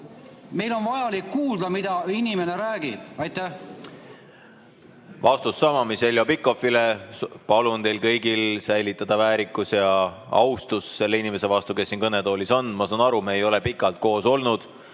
meil on vaja kuulda, mida inimene räägib. Minu vastus on sama, mille andsin Heljo Pikhofile: palun teil kõigil säilitada väärikus ja austus selle inimese vastu, kes siin kõnetoolis on. Ma saan aru, et me ei ole pikalt koos olnud,